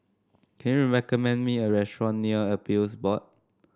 can you recommend me a restaurant near Appeals Board